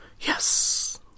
Yes